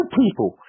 people